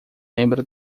lembra